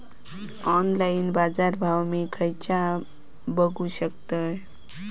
Online बाजारभाव मी खेच्यान बघू शकतय?